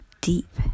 deep